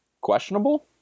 questionable